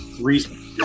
reason